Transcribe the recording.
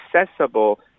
accessible